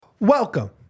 Welcome